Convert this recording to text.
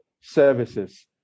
services